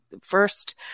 First